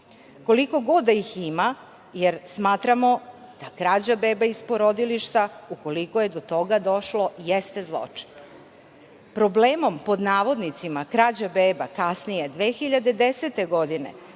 koliko god da ih ima, jer smatramo da krađa beba iz porodilišta, ukoliko je do toga došlo, jeste zločin. Problemom „krađa beba“ kasnije 2010. godine